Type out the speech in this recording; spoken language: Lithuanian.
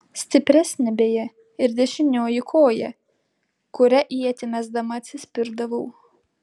stipresnė beje ir dešinioji koja kuria ietį mesdama atsispirdavau